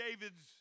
David's